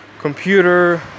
computer